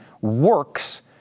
works